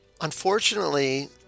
Unfortunately